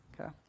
Okay